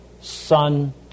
son